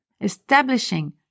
establishing